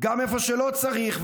גם איפה שלא צריך.